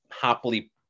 happily